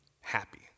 happy